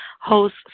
host